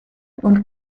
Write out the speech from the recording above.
und